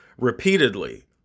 repeatedly